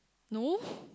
no